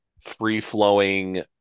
free-flowing